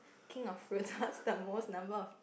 king of fruits what the most number of